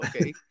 okay